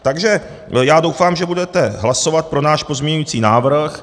Takže doufám, že budete hlasovat pro náš pozměňující návrh.